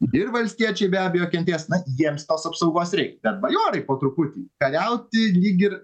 ir valstiečiai be abejo kentės na jiems tos apsaugos reik bet bajorai po truputį kariauti lyg ir